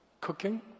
cooking